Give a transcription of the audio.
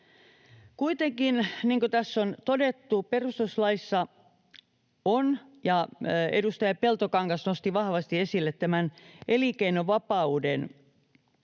Kuitenkin, niin kuin tässä ja perustuslaissa on todettu ja edustaja Peltokangas nosti vahvasti esille, tämä elinkeinovapaus